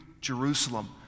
Jerusalem